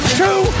two